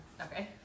okay